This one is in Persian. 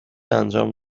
انجام